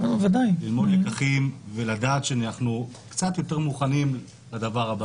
ללמוד לקחים ולדעת שאנחנו קצת יותר מוכנים לדבר הבא.